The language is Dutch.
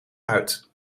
uit